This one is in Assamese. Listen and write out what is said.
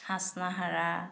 হাচনাহানা